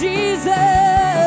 Jesus